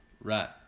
Right